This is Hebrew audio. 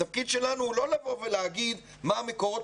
התפקיד שלנו הוא לא להגיד מה המקורות